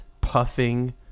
Puffing